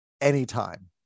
anytime